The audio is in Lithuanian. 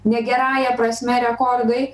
negerąja prasme rekordai